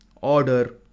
order